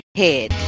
head